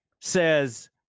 says